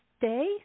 day